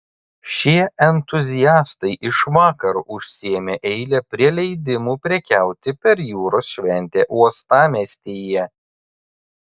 šie entuziastai iš vakaro užsiėmė eilę prie leidimų prekiauti per jūros šventę uostamiestyje